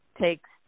takes